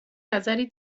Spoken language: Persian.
نظری